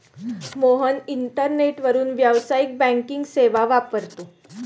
मोहन इंटरनेटवरून व्यावसायिक बँकिंग सेवा वापरतो